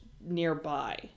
nearby